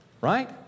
Right